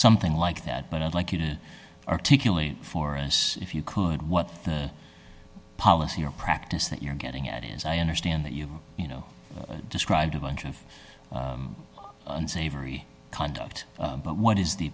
something like that but i'd like you to articulate for us if you could what policy your practice that you're getting at is i understand that you you know described a bunch of unsavory conduct but what is the